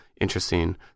interesting